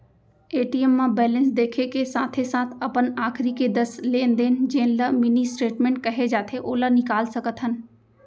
ATM म balance देखे के साथे साथ अपन आखरी के दस लेन देन जेन ल मिनी स्टेटमेंट कहे जाथे ओला निकाल सकत हन